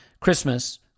Christmas